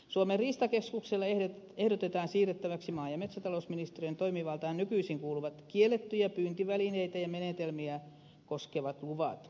suomen riistakeskukselle ehdotetaan siirrettäväksi nykyisin maa ja metsätalousministeriön toimivaltaan kuuluvat kiellettyjä pyyntivälineitä ja menetelmiä koskevat luvat